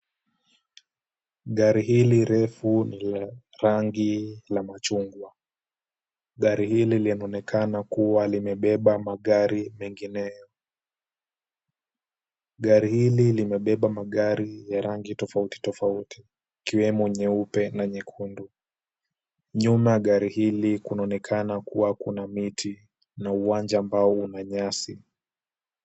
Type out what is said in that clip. Gari hili refu ni la rangi la machungwa. Gari hili linaonekana kuwa limebeba magari mengineo. Gari hili limebeba magari ya rangi tofauti tofauti ikiwemo nyeupe na nyekundu. Nyuma ya gari hili kunaonekana kuwa kuna miti na uwanja ambao una nyasi.